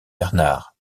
bernard